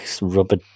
rubber